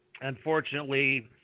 unfortunately